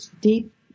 deep